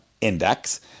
index